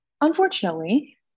Unfortunately